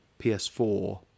PS4